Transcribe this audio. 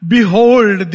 Behold